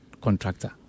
contractor